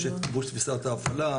יש את גיבוש תפיסת ההפעלה,